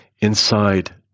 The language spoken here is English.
Inside